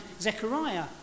Zechariah